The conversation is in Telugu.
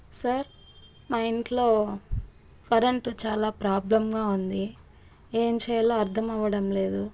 సార్ మా ఇంట్లో కరెంట్ చాలా ప్రాబ్లమ్గా ఉంది ఏం చేయాలో అర్థమవడం లేదు